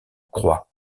croix